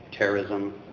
terrorism